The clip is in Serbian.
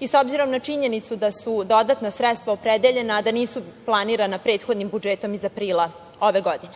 i s obzirom na činjenicu da su dodatna sredstva opredeljena, a da nisu planirana prethodnim budžetom iz aprila ove godine.